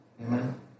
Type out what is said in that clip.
Amen